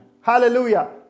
hallelujah